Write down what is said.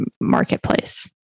marketplace